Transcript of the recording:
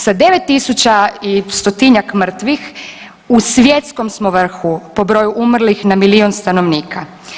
Sa 9000 i stotinjak mrtvih u svjetskom smo vrhu po broju umrlih na milijun stanovnika.